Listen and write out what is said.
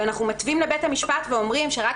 ואנחנו מתווים לבית המשפט ואומרים שרק